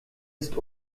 ist